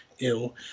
ill